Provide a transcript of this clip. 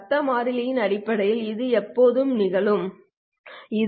சத்தம் மாறியின் அடிப்படையில் இது எப்போது நிகழும் n1 ith RP1r